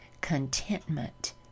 contentment